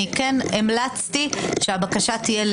אני מכבד את ההחלטות, גם אם אני חולק עליהן.